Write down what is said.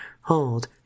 hold